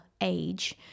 age